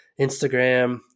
Instagram